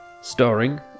Starring